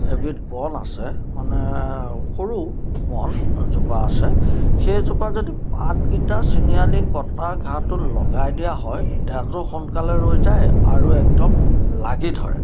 এবিধ বন আছে মানে সৰু বন এজোপা আছে সেইজোপাৰ যদি পাতকেইটা চিঙি আনি কটা ঘাঁহটোত লগাই দিয়া হয় তেজো সোনকালে ৰৈ যায় আৰু একদম লাগি ধৰে